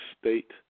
State